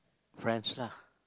friends lah